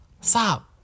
Stop